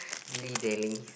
dilly dallying